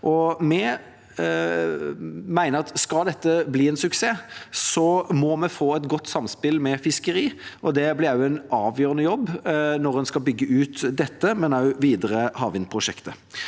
Vi mener at skal det bli en suksess, må vi få et godt samspill med fiskeriene. Det blir en avgjørende jobb når en skal bygge ut dette prosjektet, men også i videre havvindprosjekt.